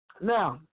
Now